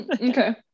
Okay